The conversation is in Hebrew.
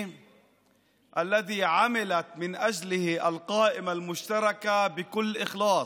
עבדה הרשימה המשותפת במלוא המסירות.